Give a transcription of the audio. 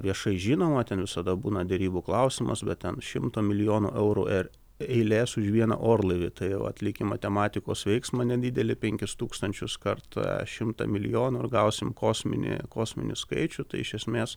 viešai žinoma ten visada būna derybų klausimas bet ten šimto milijonų eurų eilės už vieną orlaivį tai va atlikim matematikos veiksmą nedidelį penkis tūkstančius kart šimtą milijonų ir gausim kosminį kosminį skaičių tai iš esmės